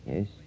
Yes